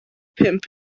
pump